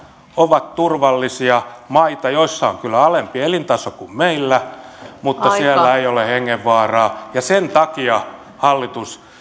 ovat turvallisia maita joissa on kyllä alempi elintaso kuin meillä mutta joissa ei ole hengenvaaraa sen takia hallitus